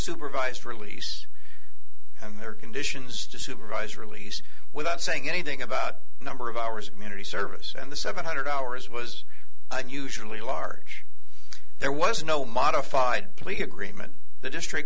supervised release and there are conditions to supervised release without saying anything about a number of hours of community service and the seven hundred hours was unusually large there was no modified plea agreement the district